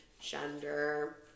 gender